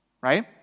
right